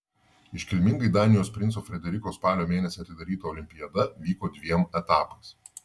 iškilmingai danijos princo frederiko spalio mėnesį atidaryta olimpiada vyko dviem etapais